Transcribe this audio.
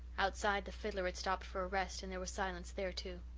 outside the fiddler had stopped for a rest and there was silence there too.